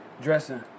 dressing